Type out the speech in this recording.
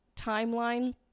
timeline